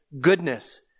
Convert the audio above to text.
goodness